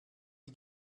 die